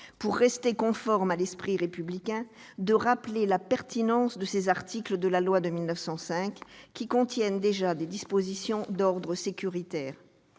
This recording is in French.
pour rester conforme à l'esprit républicain, de rappeler la pertinence de ces articles de la loi de 1905, qui contiennent déjà des dispositions d'ordre sécuritaire.